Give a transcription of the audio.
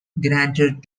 granted